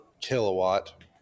kilowatt